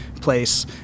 place